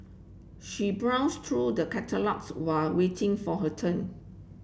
she browsed through the catalogues while waiting for her turn